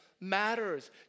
matters